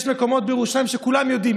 יש מקומות בירושלים שכולם יודעים,